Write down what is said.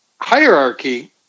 hierarchy